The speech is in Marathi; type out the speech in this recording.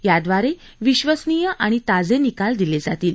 याद्वारे विश्वसनीय आणि ताजे निकाल दिले जातील